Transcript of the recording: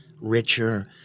richer